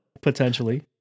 potentially